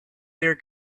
their